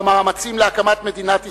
במאמצים להקמת מדינת ישראל.